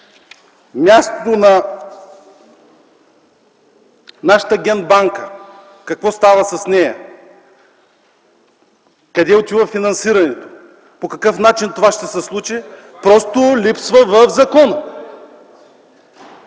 мястото на нашата ген банка Какво става с нея, къде отива финансирането, по какъв начин това ще се случи? Това просто липсва в закона.